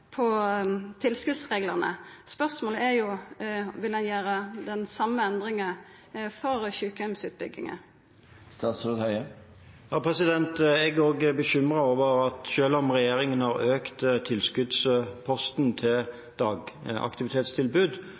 tilskotsreglane. Spørsmålet er: Vil ein gjera den same endringa for sjukeheimsutbygginga? Jeg er også bekymret over at selv om regjeringen har økt tilskuddsposten til